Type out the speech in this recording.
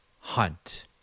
hunt